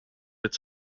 its